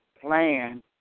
plan